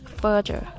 further